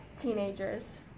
teenagers